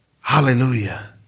Hallelujah